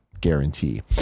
guarantee